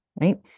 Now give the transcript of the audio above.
right